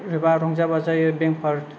रंजा बाजायै बेंफार